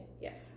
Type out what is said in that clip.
Yes